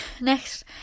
next